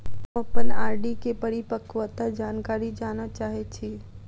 हम अप्पन आर.डी केँ परिपक्वता जानकारी जानऽ चाहै छी